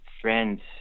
friends